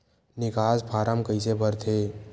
निकास फारम कइसे भरथे?